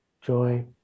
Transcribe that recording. joy